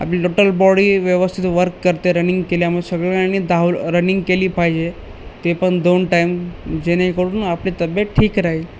आपली total body व्यवस्थित work करते रनिंग केल्यामुळे सगळ्यांनी धाव रनिंग केली पाहिजे ते पण दोन टाईम जेणेकरडून आपली तब्येत ठीक राहील